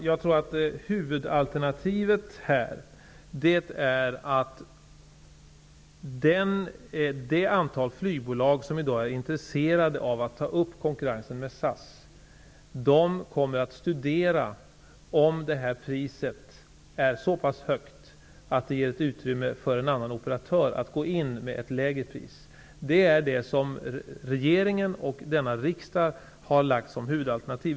Herr talman! Huvudalternativet här är att de flygbolag som i dag är intresserade av att ta upp konkurrensen med SAS studerar om priset är så pass högt att det ger utrymme för en annan operatör att gå in med ett lägre pris. Det är vad regeringen och riksdagen har lagt fram som huvudalternativ.